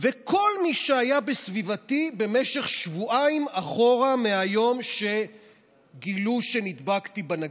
וכל מי שהיה בסביבתי במשך שבועיים אחורה מהיום שגילו שנדבקתי בנגיף,